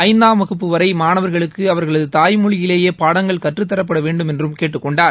ஐந்தாம் வக்பபு வரை மானவர்களுக்கு அவர்களது தாய் மொழியிலேயே பாடங்கள் கற்றுத்தர வேண்டுமென்றும் அவர் கேட்டுக் கொண்டார்